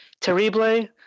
Terrible